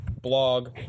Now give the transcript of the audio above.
blog